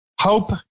Hope